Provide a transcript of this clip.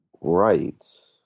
Right